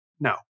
No